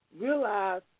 realize